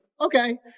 okay